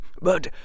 But